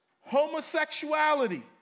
Homosexuality